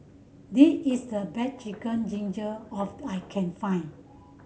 this is the best Chicken Gizzard of I can find